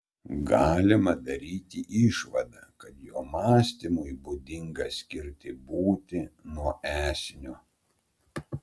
galima daryti išvadą kad jo mąstymui būdinga skirti būtį nuo esinio